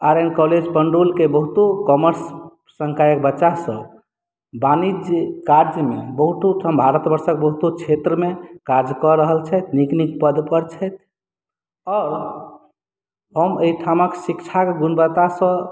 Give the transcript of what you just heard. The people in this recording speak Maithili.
आर एन कॉलेज पण्डौलके बहुतो कॉमर्स सङ्कायके बच्चासभ वाणिज्य काजमे बहुतो ठाम भारतवर्षक बहुतो क्षेत्रमे काज कऽ रहल छथि नीक नीक पदपर छथि आओर हम एहिठामक शिक्षाके गुणवत्तासँ